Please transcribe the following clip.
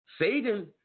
Satan